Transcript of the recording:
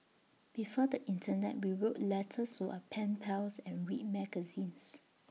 before the Internet we wrote letters to our pen pals and read magazines